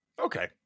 Okay